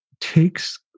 takes